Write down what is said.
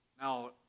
Now